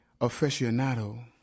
aficionado